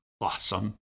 awesome